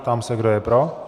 Ptám se, kdo je pro.